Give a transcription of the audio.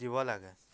দিব লাগে